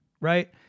Right